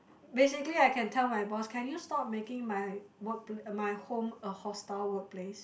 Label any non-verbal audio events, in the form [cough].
basically I can tell my boss can you stop making my work [noise] my home a hostile workplace